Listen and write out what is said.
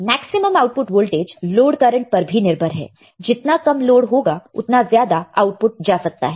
maximum output voltage load current पर भी निर्भर है जितना कम लोड होगा उतना ज्यादा आउटपुट जा सकता है